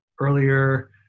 earlier